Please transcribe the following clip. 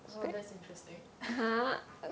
oh that's interesting